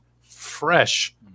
fresh